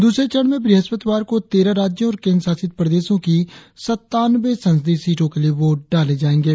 दूसरे चरण में बृहस्पतिवार को तेरह राज्यों और केंद्र शासित प्रदेशों की सत्तानवें संसदीय सीटों के लिए वोट डाले जाएंगे